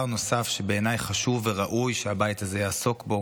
נוסף שבעיניי חשוב וראוי שהבית הזה יעסוק בו.